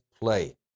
play